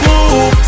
move